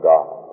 God